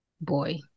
boy